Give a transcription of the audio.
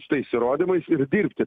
su tais įrodymais ir dirbti